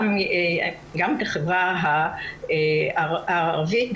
גם את החברה הערבית,